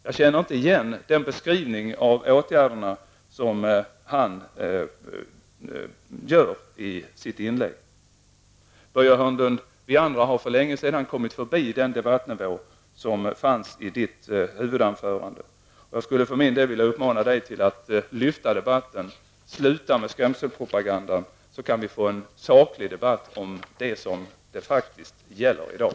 Jag känner inte igen den beskrivning av åtgärderna som han gör i sitt inlägg. Vi andra har för länge sedan kommit förbi den debattnivå som Börje Hörnlund befann sig på i sitt huvudanförande. Jag skulle för min del vilja uppmana Börje Hörnlund till att höja nivån på debatten och sluta med skrämselpropaganda så att vi kan få en saklig debatt om det som faktiskt gäller i dag.